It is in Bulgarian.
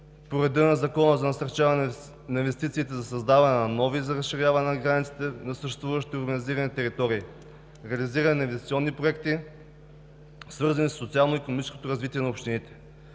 по реда на Закона за насърчаване на инвестициите, за създаване на нови или разширяване на границите на съществуващите урбанизирани територии, реализиране на инвестиционни проекти, свързани със социално-икономическото развитие на общините.